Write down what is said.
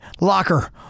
locker